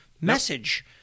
message